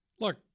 look